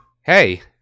Hey